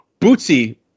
Bootsy